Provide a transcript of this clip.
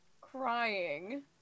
crying